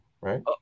right